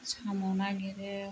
साम' नागिरो